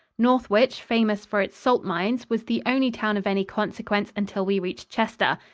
northwich, famous for its salt mines, was the only town of any consequence until we reached chester.